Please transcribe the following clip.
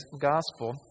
gospel